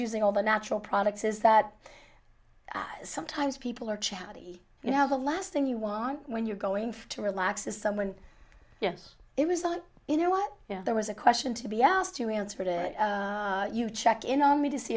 using all the natural products is that sometimes people are chatty you know the last thing you want when you're going to relax is someone yes it wasn't you know what there was a question to be asked you answered it you check in on me to see